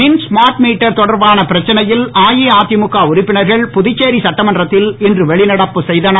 மின் smart meter தொடர்பான பிரச்சனையில் அஇஅதிமுக உறுப்பினர்கள் புதுச்சேரி சட்டமன்றத்தில் இன்று வெளிநடப்பு செய்தனர்